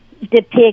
depict